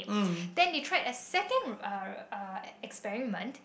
then they tried a second uh uh experiment